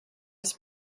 was